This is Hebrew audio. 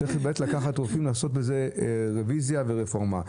צריך לקחת רופאים ולעשות בזה רביזיה ורפורמה.